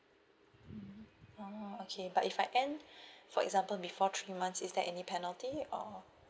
mmhmm oh okay but if I end for example before three months is there any penalty or